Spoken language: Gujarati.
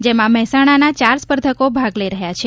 જેમાં મહેસાણાના ચાર સ્પર્ધકો ભાગ લઇ રહ્યા છે